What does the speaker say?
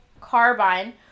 carbine